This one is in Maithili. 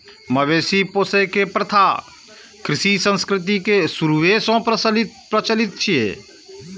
मवेशी पोसै के प्रथा कृषि संस्कृति के शुरूए सं प्रचलित छै